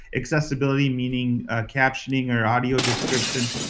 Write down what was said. accessibility, meaning captioning or audio description,